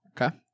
Okay